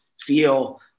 feel